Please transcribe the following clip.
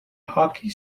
hockey